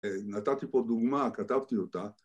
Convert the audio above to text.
‫נתתי פה דוגמה כתבתי אותה.